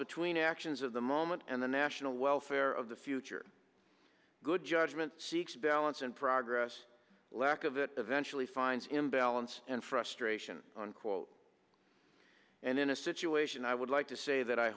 between actions of the moment and the national welfare of the future good judgment seeks balance and progress or lack of it eventually finds imbalance and frustration on quote and in a situation i would like to say that i